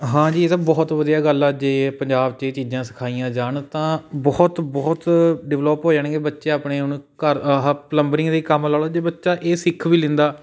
ਹਾਂਜੀ ਇਹ ਤਾਂ ਬਹੁਤ ਵਧੀਆ ਗੱਲ ਹੈ ਜੇ ਪੰਜਾਬ 'ਚ ਇਹ ਚੀਜ਼ਾਂ ਸਿਖਾਈਆਂ ਜਾਣ ਤਾਂ ਬਹੁਤ ਬਹੁਤ ਡਿਵਲੋਪ ਹੋ ਜਾਣਗੇ ਬੱਚੇ ਆਪਣੇ ਹੁਣ ਘਰ ਆਹ ਪਲੰਬਰਿੰਗ ਦਾ ਹੀ ਕੰਮ ਲਾ ਲਉ ਜੇ ਬੱਚਾ ਇਹ ਸਿੱਖ ਵੀ ਲੈਂਦਾ